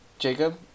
Jacob